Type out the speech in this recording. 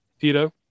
Tito